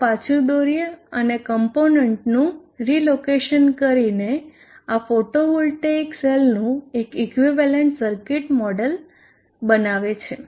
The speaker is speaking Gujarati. થોડું પાછું દોરીને અને કોન્પોનન્ટનું રીલોકેશન કરીને આ ફોટોવોલ્ટેઇક સેલનું એક ઇક્વિવેલન્ટ સર્કિટ મોડેલ બનાવે છે